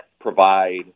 provide